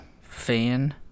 fan